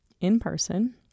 in-person